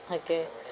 okay